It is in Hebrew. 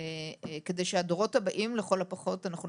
כדי שלכל הפחות בדורות הבאים אנחנו לא